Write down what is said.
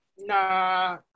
Nah